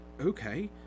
Okay